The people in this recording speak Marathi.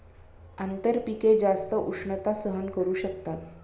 आंतरपिके जास्त उष्णता सहन करू शकतात